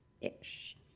Ish